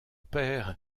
père